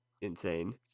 insane